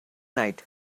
night